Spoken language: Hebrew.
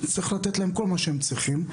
צריך לתת להם כל מה שהם צריכים.